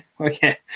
okay